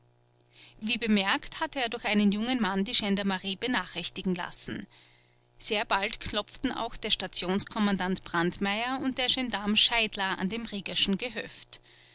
wie bemerkt hatte er durch einen jungen mann die gendarmerie benachrichtigen lassen sehr bald klopften auch der stationskommandant brandmeier und der gendarm scheidler an dem riegerschen gehöft